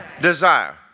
desire